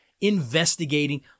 investigating